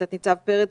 תת ניצב פרץ,